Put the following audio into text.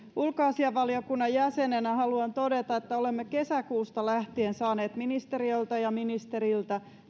ulkoasiainvaliokunnan jäsenenä haluan todeta että olemme kesäkuusta lähtien saaneet ministeriöltä ja ministeriltä